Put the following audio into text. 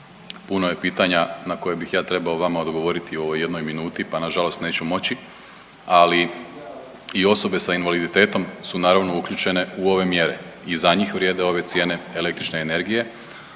Puno je pitanja na koje bih ja trebao vama odgovoriti u ovoj jednoj minuti, pa nažalost neću moći, ali i osobe s invaliditetom su naravno uključene u ove mjere. I za njih vrijede ove cijene električne energije.